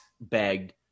begged